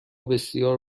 بسیار